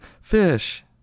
FISH